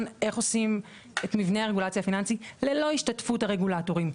איך עושים את מבנה הרגולציה הפיננסית ללא השתתפות הרגולטורים.